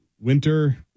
winter